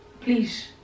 please